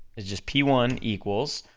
is just p one equals,